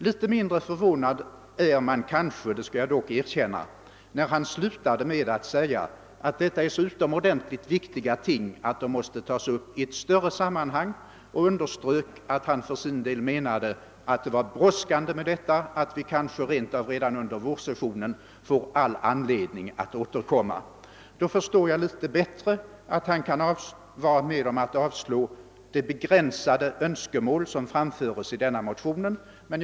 Något mindre förvånad är jag — det skall jag dock erkänna — sedan han avslutningsvis sagt att dessa frågor är så utomordentligt viktiga att de måste tas upp i ett större sammanhang och understrukit att han för sin del menade att det brådskade med detta samt att vi kanske rent av får anledning att återkomma till frågorna under vårsessionen. Mot denna bakgrund förstår jag något bättre varför herr Hagnell för sin del vill vara med om att avslå det begränsade önskemål som framförs i motionerna.